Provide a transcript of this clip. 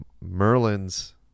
Merlin's